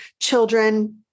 children